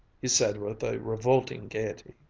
he said with a revolting gayety.